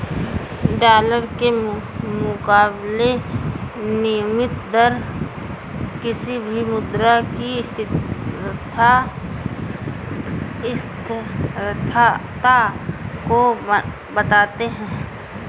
dollar के मुकाबले विनियम दर किसी भी मुद्रा की स्थिरता को बताते हैं